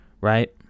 Right